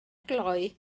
glou